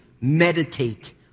meditate